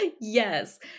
Yes